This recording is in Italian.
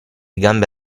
gambe